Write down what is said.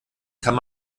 kann